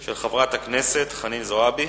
של חברת הכנסת חנין זועבי,